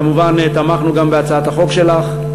כמובן תמכנו גם בהצעת החוק שלך.